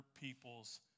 people's